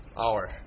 hour